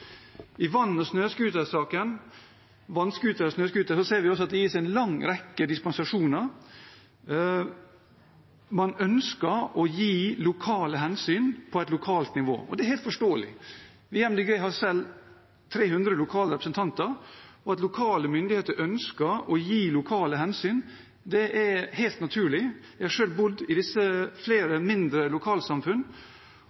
I vann- og snøscootersaken ser vi også at det gis en lang rekke dispensasjoner. Man ønsker å ta lokale hensyn på et lokalt nivå. Det er helt forståelig. Vi i Miljøpartiet De Grønne har selv 300 lokale representanter, og at lokale myndigheter ønsker å ta lokale hensyn, er helt naturlig. Jeg har selv bodd i flere